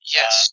Yes